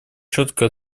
четко